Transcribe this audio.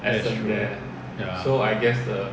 that's true ya